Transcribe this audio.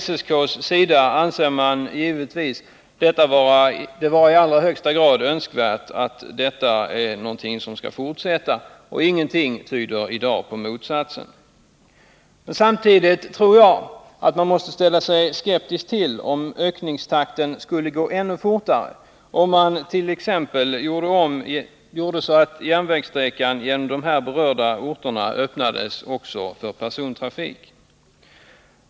SSK anser givetvis detta vara i allra högsta grad önskvärt och att detta är någonting som skall fortsätta — och inget tyder i dag på motsatsen. Men samtidigt tror jag att vi måste ställa oss skeptiska till en ökning som skulle gå ännu fortare, vilket skulle bli fallet omt.ex. järnvägssträckan genom de här berörda orterna öppnades också för persontrafik.